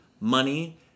money